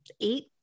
eight